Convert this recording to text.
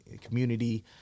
community